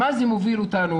למה זה מוביל אותנו,